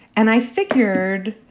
and i figured,